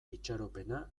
itxaropena